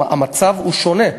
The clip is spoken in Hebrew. המצב הוא שונה,